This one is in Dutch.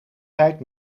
tijd